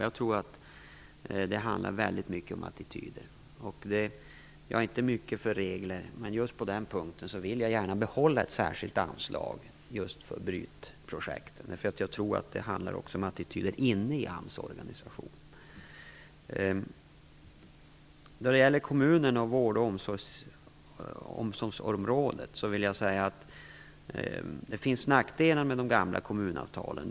Jag tror att det i stor utsträckning handlar om attityder. Jag är inte mycket för regler, men jag vill gärna behålla ett särskilt anslag just för Brytprojekten. Jag tror att det handlar om attityder också inne i AMS När det gäller kommunerna och vård och omsorgsområdet vill jag säga att det finns nackdelar med de gamla kommunavtalen.